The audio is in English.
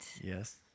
Yes